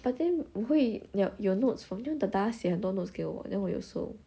I think 我会有有 notes from you know da da 写很多 notes 给我 then 我有收